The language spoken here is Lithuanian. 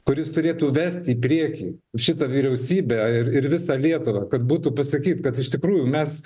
kuris turėtų vest į priekį šitą vyriausybę ir ir visą lietuvą kad būtų pasakyt kad iš tikrųjų mes